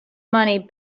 money